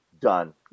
done